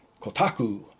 Kotaku